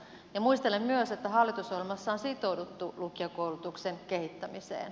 ja muistelen myös että hallitusohjelmassa on sitouduttu lukiokoulutuksen kehittämiseen